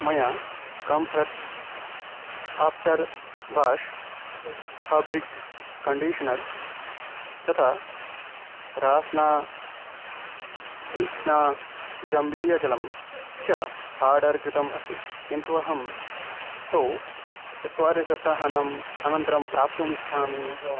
मया Comfort after wash fabric conditioner तथा रास्ना इण्ट्स्ना जम्बीरजलं च आर्डर् कृतम् अस्ति किन्तु अहं तौ चत्वारि सप्ताहानाम् अनन्तरं प्राप्तुमिच्छामि रास्ना इण्ट्स्ना